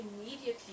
immediately